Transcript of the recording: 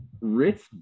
Ritz